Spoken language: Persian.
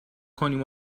کنیم